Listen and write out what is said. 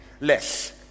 less